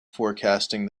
forecasting